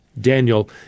Daniel